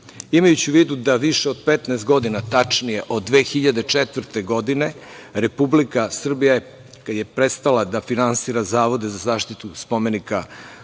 u vidu da više od 15 godina, tačnije od 2004. godine Republika Srbije je kada je prestala da finansira zavode za zaštitu spomenika kulture